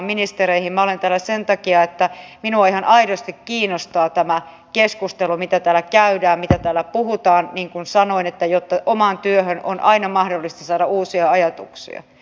minä olen täällä sen takia että minua ihan aidosti kiinnostaa tämä keskustelu mitä täällä käydään ja mitä täällä puhutaan niin kuin sanoin omaan työhön on aina mahdollista saada uusia ajatuksia